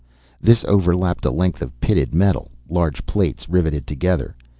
this overlapped a length of pitted metal, large plates riveted together.